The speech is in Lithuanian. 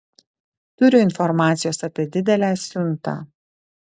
turiu informacijos apie didelę siuntą